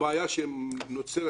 הבעיה שנוצרת